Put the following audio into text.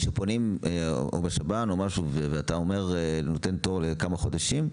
כשפונים בשב"ן או באופן אחר ויש תור לעוד כמה חודשים,